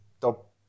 top